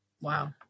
Wow